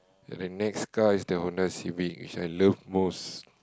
and then next car is the Honda-Civic which I love most